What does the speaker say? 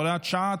הוראת שעה,